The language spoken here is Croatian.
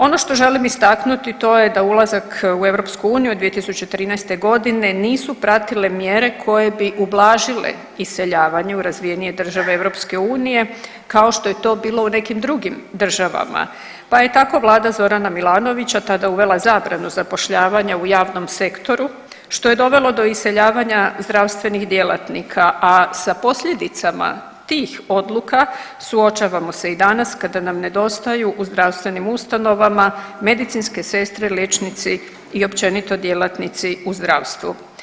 Ono što želim istaknuti, to je da ulazak u EU 2013. g. nisu pratile mjere koje bi ublažile iseljavanje u razvijenije državne EU kao što je to bilo u nekim drugim državama, pa je tako Vlada Zorana Milanovića tada uvela zabranu zapošljavanja u javnom sektoru, što je dovelo do iseljavanja zdravstvenih djelatnika, a sa posljedicama tih odluka suočavamo se i danas kada nam nedostaju u zdravstvenim ustanovama medicinske sestre, liječnici i općenito djelatnici u zdravstvu.